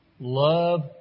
Love